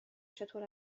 چطور